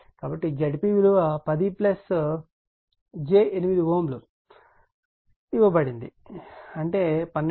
కాబట్టి Zp విలువ 10 j 8 Ω ఇవ్వబడింది అంటే 12